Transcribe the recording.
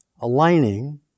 aligning